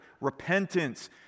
repentance